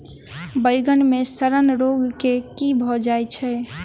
बइगन मे सड़न रोग केँ कीए भऽ जाय छै?